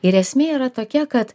ir esmė yra tokia kad